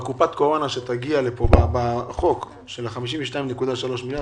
בקופת הקורונה שתגיע לפה בחוק של ה-52.3 מיליארד